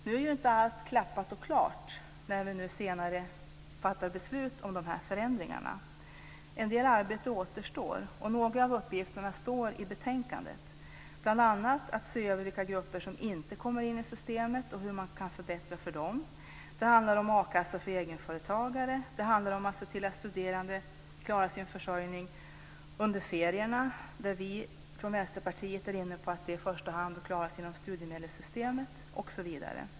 Nu är ju inte allt klappat och klart när vi senare fattar beslut om de här förändringarna. En del arbete återstår. Några av uppgifterna står i betänkandet. Det handlar bl.a. om att se över vilka grupper som inte kommer in i systemet och se hur man kan förbättra för dem. Det handlar om a-kassa för egenföretagare. Det handlar om att se till att studerande klarar sin försörjning under ferierna. Vi i Vänsterpartiet är inne på att det i första hand bör klaras inom studiemedelssystemet.